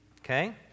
okay